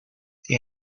the